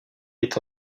est